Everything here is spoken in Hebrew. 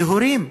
כהורים,